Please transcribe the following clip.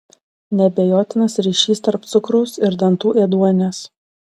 neabejotinas ryšys tarp cukraus ir dantų ėduonies